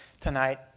tonight